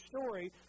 story